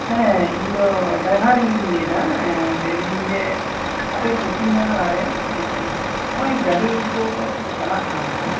ᱦᱮᱸ ᱤᱧᱫᱚ ᱰᱟᱭᱵᱷᱟᱨᱤᱧ ᱞᱟᱹᱭᱫᱟ ᱮᱸ ᱞᱟ ᱭᱫᱟᱹᱧ ᱡᱮ ᱟᱯᱮ ᱯᱚᱪᱷᱤᱢ ᱵᱟᱝᱞᱟ ᱨᱮ ᱮᱸ ᱦᱚᱜ ᱚᱭ ᱜᱟ ᱰᱤ ᱠᱚ ᱪᱟᱞᱟᱜ ᱠᱟᱱ ᱫᱚ